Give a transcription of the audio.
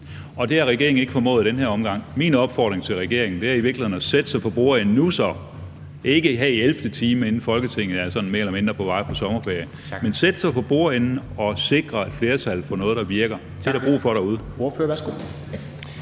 Det har regeringen ikke formået i den her omgang. Min opfordring til regeringen er i virkeligheden så at sætte sig for bordenden nu, ikke i 11. time, inden Folketinget sådan mere eller mindre er på vej på sommerferie, men sætte sig for bordenden og sikre et flertal for noget, der virker. Det er der brug for derude.